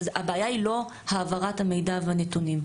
הבעיה היא לא העברת המידע והנתונים.